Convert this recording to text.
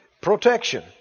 protection